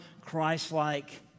Christ-like